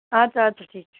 اَدٕ سا اَدٕ سا ٹھیٖک چھُ